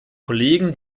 kollegen